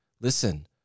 listen